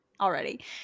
already